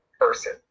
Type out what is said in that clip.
person